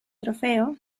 trofeo